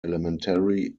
elementary